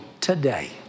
today